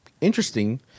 interesting